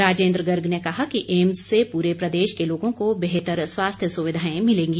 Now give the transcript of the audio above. राजेन्द्र गर्ग ने कहा कि एम्स से पूरे प्रदेश के लोगों को बेहतर स्वास्थ्य सुविधाएं मिलेंगी